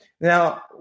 Now